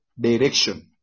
direction